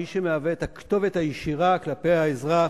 מי שמהווה את הכתובת הישירה כלפי האזרח,